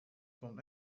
from